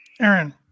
Aaron